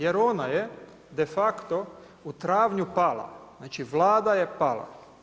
Jer ona je de facto u travnju pala, znači Vlada je pala.